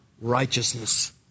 righteousness